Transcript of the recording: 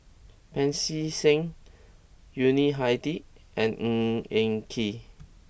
Pancy Seng Yuni Hadi and Ng Eng Kee